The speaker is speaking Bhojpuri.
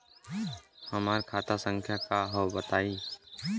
हमार खाता संख्या का हव बताई?